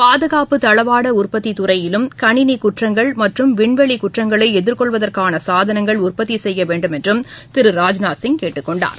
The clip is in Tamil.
பாதுகாப்பு தளவாட உற்பத்தி துறையிலும் கணினி குற்றங்கள் மற்றும் விண்வெளி குற்றங்களை எதிர்கொள்வதற்கான சாதனங்கள் உற்பத்தி செய்ய வேண்டும் என்று திரு ராஜ்நாத் சிய் கேட்டுக்கொண்டார்